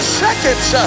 seconds